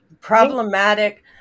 problematic